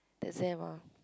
exam ah